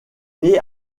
née